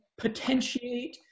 potentiate